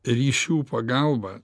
ryšių pagalba